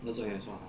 那种也算 ah